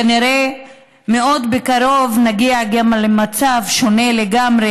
כנראה מאוד בקרוב נגיע גם למצב שונה לגמרי,